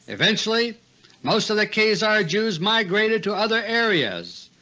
eventually most of the khazar jews migrated to other areas.